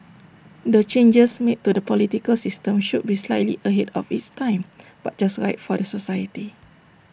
the changes made to the political system should be slightly ahead of its time but just right for the society